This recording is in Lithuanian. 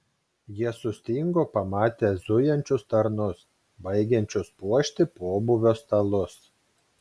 jie sustingo pamatę zujančius tarnus baigiančius puošti pobūvio stalus